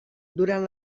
durant